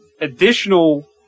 additional